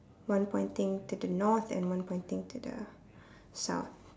one pointing to the north and one pointing to the south